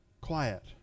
quiet